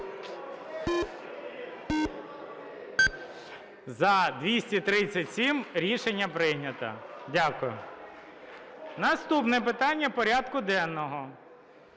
За-237 Рішення прийнято. Дякую. Наступне питання порядку денного.